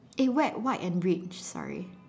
eh white white and red sorry